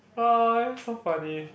ah so funny